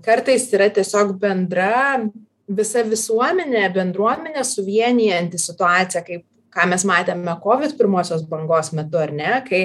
kartais yra tiesiog bendra visą visuomenę bendruomenę suvienijanti situacija kaip ką mes matėme kovid pirmosios bangos metu ar ne kai